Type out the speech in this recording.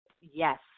Yes